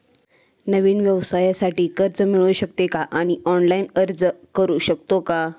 नवीन व्यवसायासाठी कर्ज मिळू शकते का आणि ऑनलाइन अर्ज करू शकतो का?